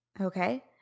Okay